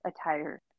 attire